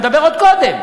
אני מדבר עוד קודם.